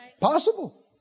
possible